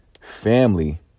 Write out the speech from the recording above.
Family